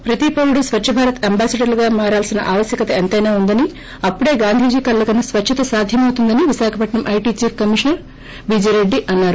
ప్రతి పౌరుడు స్వచ్చబాతర్ అంబాసిడర్లుగా మారవల్సిన ఆవశ్వకత ఎంతైనా ఉందని అప్పుడే గాంధీజీ కలలు కన్న స్వచ్చత సాధ్యమవుతుందని Visakhapatnam IT chief commissioner BG Reddy అన్నారు